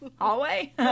hallway